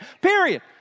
Period